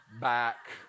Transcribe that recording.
back